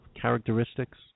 characteristics